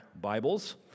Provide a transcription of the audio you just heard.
Bibles